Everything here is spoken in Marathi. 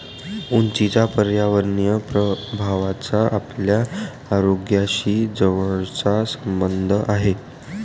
उंचीच्या पर्यावरणीय प्रभावाचा आपल्या आरोग्याशी जवळचा संबंध आहे